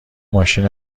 ماشین